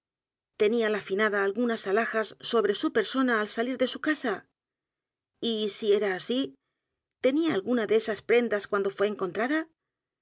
a la finada algunas alhajas sobre su persona al salir de su casa y s i era así tenía alguna de esas p r e n d a s cuando fué encontrada